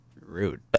rude